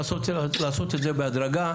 צריך לעשות את הזה בהדרגה,